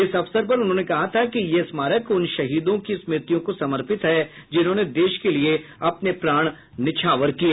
इस अवसर पर उन्होंने कहा था कि यह स्मारक उन शहीदों की स्मृतियों को समर्पित है जिन्होंने देश के लिए अपने प्राण न्यौछावर किए